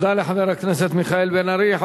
תודה לחבר הכנסת מיכאל בן-ארי.